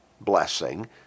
blessing